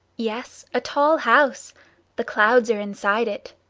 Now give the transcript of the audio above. yes a tall house the clouds are inside it.